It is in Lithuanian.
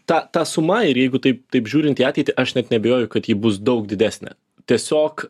ta ta suma ir jeigu taip taip žiūrint į ateitį aš net neabejoju kad ji bus daug didesnė tiesiog